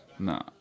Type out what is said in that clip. No